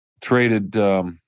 traded